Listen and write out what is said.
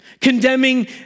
condemning